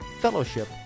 fellowship